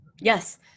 Yes